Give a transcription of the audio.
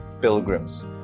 pilgrims